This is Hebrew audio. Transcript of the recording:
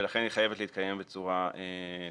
ולכן היא חייבת להתקיים בצורה פיזית.